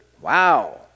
Wow